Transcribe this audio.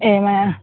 ఏమ